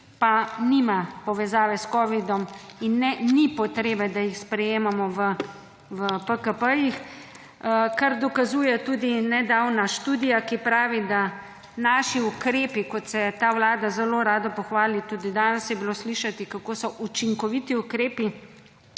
pa nima povezave s kovidom in ne, ni potrebe, da jih sprejemamo v PKP-jih. Kar dokazuje tudi nedavna študija, ki pravi, da naši ukrepi kot se ta vlada zelo rada pohvali, tudi danes je bilo slišati kako so učinkoviti ukrepi,